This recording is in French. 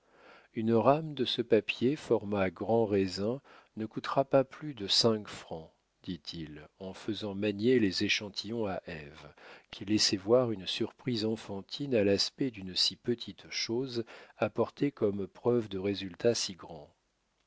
une rame de ce papier format grand raisin ne coûtera pas plus de cinq francs dit-il en faisant manier les échantillons à ève qui laissait voir une surprise enfantine à l'aspect d'une si petite chose apportée comme preuve de résultats si grands